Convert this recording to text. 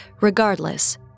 Regardless